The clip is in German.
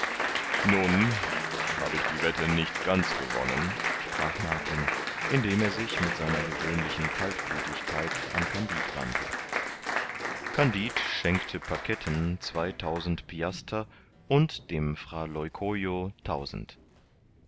nun hab ich die wette nicht ganz gewonnen sprach martin indem er sich mit seiner gewöhnlichen kaltblütigkeit an kandid wandte kandid schenkte paketten zweitausend piaster und dem fra leucojo tausend